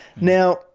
Now